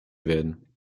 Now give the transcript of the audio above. werden